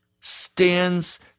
stands